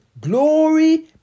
Glory